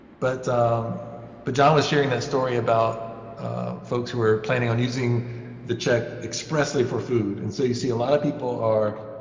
but but john was sharing that story about folks who are planning on using the check expressly for food. and so you see a lot of people are,